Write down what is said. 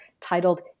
titled